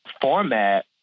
format